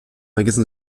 magasin